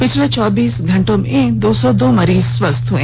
पिछले चौबीस घंटों में दो सौ दो मरीज स्वस्थ हए